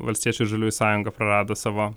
valstiečių ir žaliųjų sąjunga prarado savo